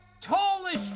tallest